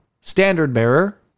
standard-bearer